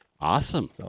Awesome